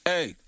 Hey